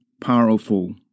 powerful